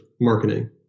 marketing